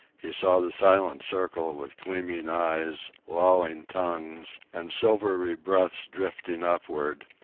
he saw the silent circle, with gleaming eyes, lolling tongues, and silvery breaths drifting upward,